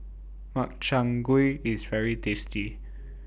Makchang Gui IS very tasty